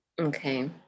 Okay